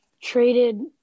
traded